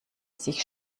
sich